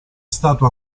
stato